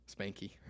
spanky